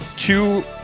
Two